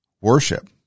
worship